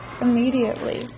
immediately